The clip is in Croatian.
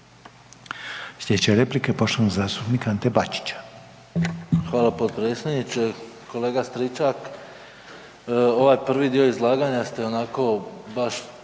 je replika poštovanog zastupnika Ante Bačića.